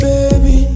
Baby